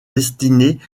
destinés